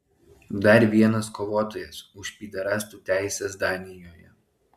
dar vienas kovotojas už pyderastų teises danijoje